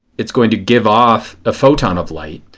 it is going to give off a photon of light.